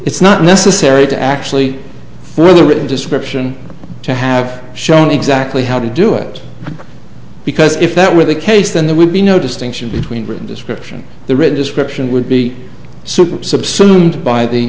it's not necessary to actually for the written description to have shown exactly how to do it because if that were the case then there would be no distinction between written description the ridge ascription would be